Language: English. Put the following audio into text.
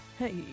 Hey